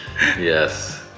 yes